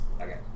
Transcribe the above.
Okay